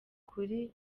kuri